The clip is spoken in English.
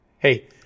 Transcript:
Hey